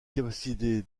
capacité